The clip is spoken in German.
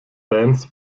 bands